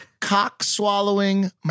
cock-swallowing